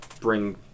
bring